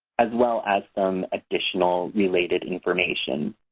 as well as some additional related information.